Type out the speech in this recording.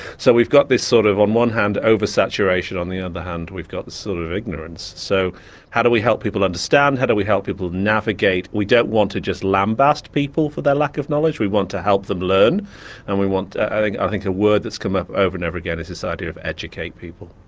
so we've got this sort of on one hand over-saturation on the other hand we've got a sort of ignorance. so how do we help people understand? how do we help people navigate? we don't want to just lambast people for their lack of knowledge, we want to help them learn and we want i think a word that's come up over and over again is this idea of educate people.